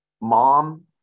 mom